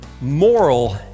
moral